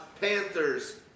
Panthers